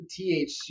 THC